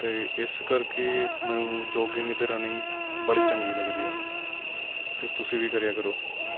ਅਤੇ ਇਸ ਕਰਕੇ ਮੈਨੂੰ ਯੋਗਿੰਗ ਅਤੇ ਰਨਿੰਗ ਬਾਹਲੀ ਚੰਗੀ ਲੱਗਦੀ ਆ ਅਤੇ ਤੁਸੀਂ ਵੀ ਕਰਿਆ ਕਰੋ